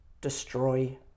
destroy